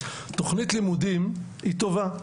תוכנית לימודים היא טובה,